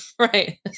Right